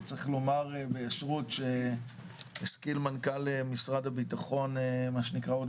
וצריך לומר ביושרה שהשכיל מנכ"ל משרד הביטחון עוד